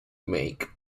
make